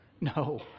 No